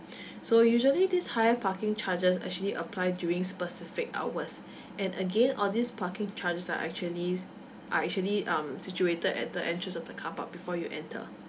so usually this higher parking charges actually apply during specific hours and again all these parking charges are actually are actually um situated at the entrance of the car park before you enter